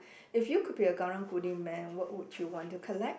if you could be a Karang-Guni man what would you want to collect